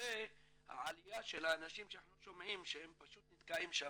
לגבי העלייה של האנשים שאנחנו שומעים שהם פשוט נתקעים שם,